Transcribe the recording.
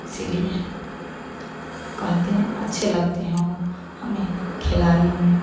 इसलिए कहते हैं अच्छे लगते हैं वो हमें खिलाड़ियों में